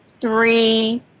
three